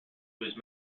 whose